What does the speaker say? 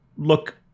look